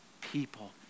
people